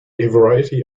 variety